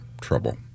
trouble